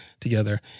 together